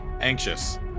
Anxious